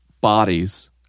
bodies